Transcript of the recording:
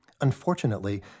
Unfortunately